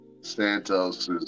Santos